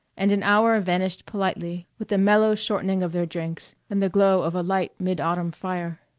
and an hour vanished politely with the mellow shortening of their drinks and the glow of a light mid-autumn fire.